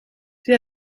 sie